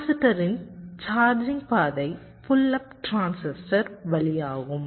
கெபாசிடரின் charging பாதை pull up transistor வழியாகும்